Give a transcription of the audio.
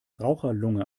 raucherlunge